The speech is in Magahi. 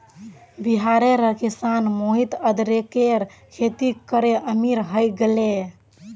बिहारेर किसान मोहित अदरकेर खेती करे अमीर हय गेले